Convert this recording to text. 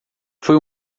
foi